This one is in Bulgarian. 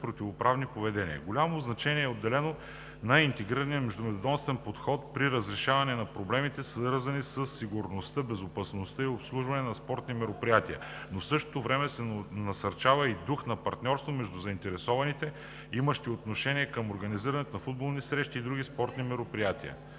противоправно поведение). Голямо значение е отделено на интегрирания, междуведомствен подход при разрешаване на проблемите, свързани със сигурността, безопасността и обслужването на спортни мероприятия, но в същото време се насърчава и дух на партньорство между заинтересованите, имащи отношение към организирането на футболни срещи и други спортни мероприятия.